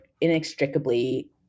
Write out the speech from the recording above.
inextricably